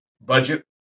budget